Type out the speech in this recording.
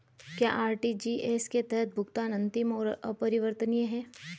क्या आर.टी.जी.एस के तहत भुगतान अंतिम और अपरिवर्तनीय है?